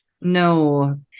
no